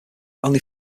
only